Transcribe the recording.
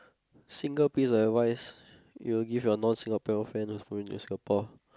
single piece of advice you'll give your non Singaporean friend who's just coming to Singapore